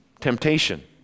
temptation